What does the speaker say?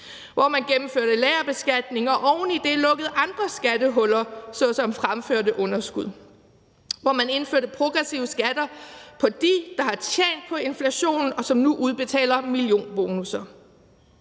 hvor man gennemførte lagerbeskatning og oven i det lukkede andre skattehuller såsom fremførte underskud, hvor man indførte progressive skatter på dem, der har tjent på inflationen, og som nu udbetaler millionbonusser.